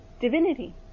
divinity